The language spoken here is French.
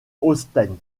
holstein